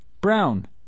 Brown